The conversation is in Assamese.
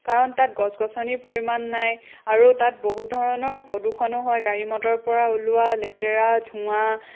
কাৰণ তাত গছ গছনিৰ পৰিমাণ নাই আৰু তাত বহু ধৰণৰ প্ৰদূষণো হয় গাড়ী মটৰৰ পৰা ওলোৱা লেতেৰা ধোঁৱা